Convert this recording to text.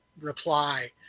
reply